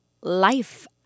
life